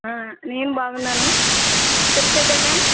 నేను బాగున్నాను సెట్ అయిందా మ్యామ్